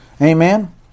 Amen